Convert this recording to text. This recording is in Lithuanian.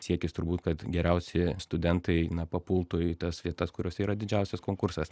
siekis turbūt kad geriausi studentai na papultų į tas vietas kuriose yra didžiausias konkursas